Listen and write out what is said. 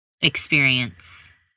experience